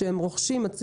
כשהם רוכשים את זה,